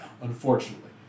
Unfortunately